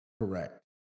Correct